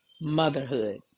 Motherhood